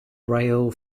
rail